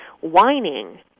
Whining